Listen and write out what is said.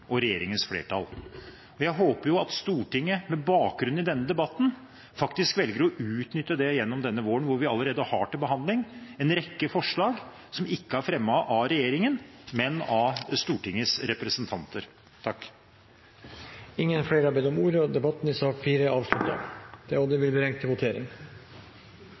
i regjeringens flertall. Jeg håper at Stortinget med bakgrunn i denne debatten faktisk velger å utnytte dette denne våren, hvor vi allerede har til behandling en rekke forslag som ikke er fremmet av regjeringen, men av Stortingets representanter. Flere har ikke bedt om ordet til sak nr. 4. Før vi går til votering,